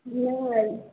नहि अइ